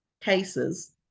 cases